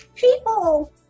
People